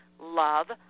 love